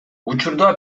учурда